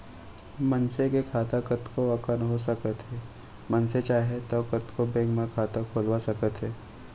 मनसे के खाता कतको अकन हो सकत हे मनसे चाहे तौ कतको बेंक म खाता खोलवा सकत हे